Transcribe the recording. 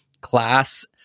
class